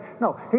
No